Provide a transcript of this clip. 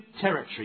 territory